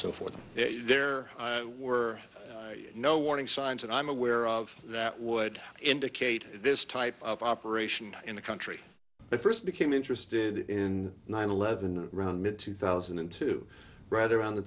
so forth there were no warning signs and i'm aware of that would indicate this type of operation in the country i first became interested in nine eleven around mid two thousand and two right around the